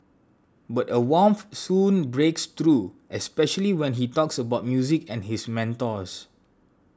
but a warmth soon breaks through especially when he talks about music and his mentors